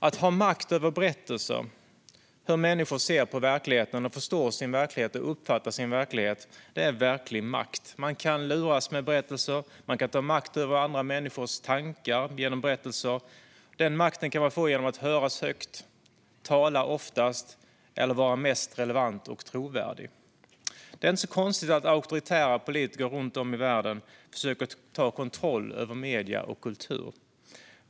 Att ha makt över berättelser och över hur människor ser på verkligheten, förstår sin verklighet och uppfattar sin verklighet är verklig makt. Man kan luras med berättelser. Man kan ta makt över andra människors tankar genom berättelser. Den makten kan man få genom att tala högst, tala oftast eller vara mest relevant och trovärdig. Det är inte konstigt att auktoritära politiker runt om i världen försöker ta kontroll över medier och kultur.